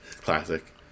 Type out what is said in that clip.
Classic